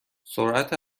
سرعت